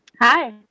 Hi